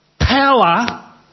power